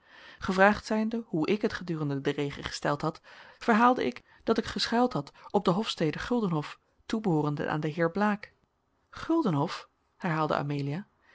gevraagd zijnde hoe ik het gedurende den regen gesteld had verhaalde ik dat ik geschuild had op de hofstede guldenhof toebehoorende aan den heer blaek guldenhof herhaalde amelia